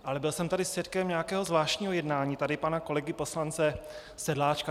Ale byl jsem tady svědkem nějakého zvláštního jednání pana kolegy poslance Sedláčka.